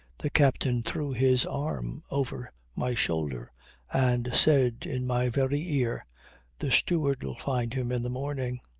the captain threw his arm over my shoulder and said in my very ear the steward'll find him in the morning.